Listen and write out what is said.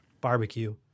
barbecue